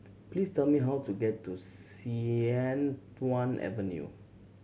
please tell me how to get to Sian Tuan Avenue